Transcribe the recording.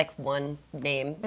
like one name.